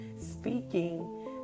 speaking